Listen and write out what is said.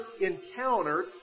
encountered